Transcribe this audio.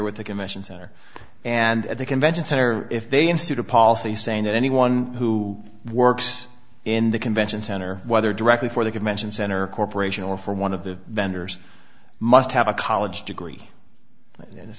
with the commission center and the convention center if they institute a policy saying that anyone who works in the convention center whether directly for the convention center a corporation or for one of the vendors must have a college degree